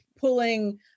pulling